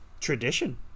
tradition